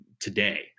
today